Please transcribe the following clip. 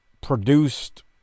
produced